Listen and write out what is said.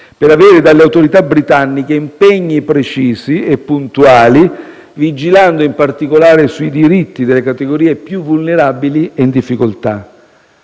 per avere dalle autorità britanniche impegni precisi e puntuali, vigilando in particolare sui diritti delle categorie più vulnerabili e in difficoltà.